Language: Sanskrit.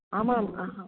आमाम् अहम्